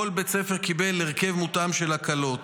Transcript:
כל בית ספר קיבל הרכב מותאם של הקלות,